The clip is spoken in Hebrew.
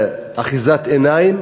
ואחיזת עיניים,